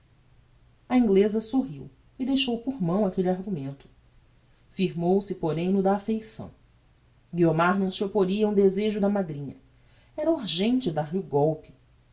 a ingleza sorriu e deixou por mão aquelle argumento firmou se porém no da affeição guiomar não se opporia a um desejo da madrinha era urgente dar-lhe o golpe